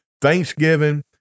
Thanksgiving